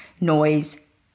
noise